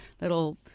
little